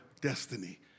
destiny